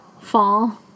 fall